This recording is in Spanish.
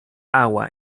agua